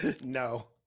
No